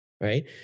Right